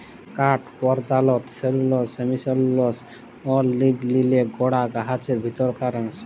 কাঠ পরধালত cellulose, hemicellulose অ লিগলিলে গড়া গাহাচের ভিতরকার অংশ